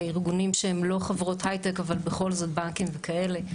בארגונים שהם לא חברות הייטק אבל בכל זאת בנקים וכאלה.